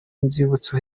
nzibutso